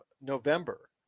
November